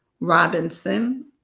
Robinson